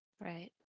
Right